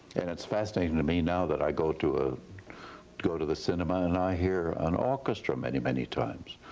and it's fascinating to me now that i go to ah go to the cinema and i hear an orchestra many, many times.